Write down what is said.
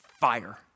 fire